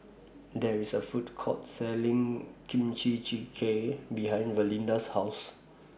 There IS A Food Court Selling Kimchi Jjigae behind Valinda's House